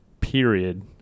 period